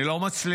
אני לא מצליח,